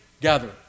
gather